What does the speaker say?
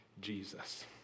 Jesus